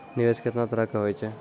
निवेश केतना तरह के होय छै?